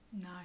No